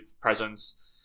presence